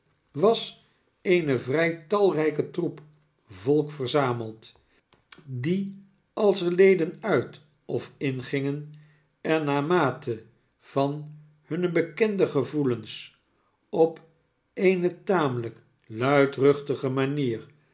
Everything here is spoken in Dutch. was eene vrij talrijke troep volk verzameld die als er leden uit of ingingen en naar mate van hunne bekende gevoelens op eene tamelijk luidruchtige manier